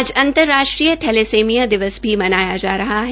आज अंतर्राष्ट्रीय थैलेसेनिया दिवस भी मनाया जा रहा है